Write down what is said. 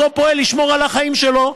שאותו פועל ישמור על החיים שלו,